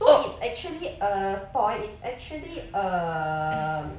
so it's actually a toy it's actually a